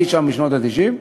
אי-שם בשנות ה-90.